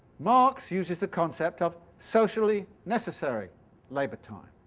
marx uses the concept of socially necessary labour-time.